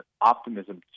optimism